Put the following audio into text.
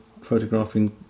photographing